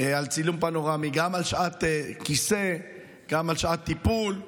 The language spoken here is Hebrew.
גם על שעת כיסא וגם על שעת טיפול.